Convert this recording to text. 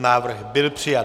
Návrh byl přijat.